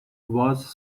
was